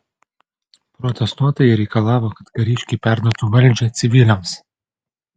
protestuotojai reikalavo kad kariškiai perduotų valdžią civiliams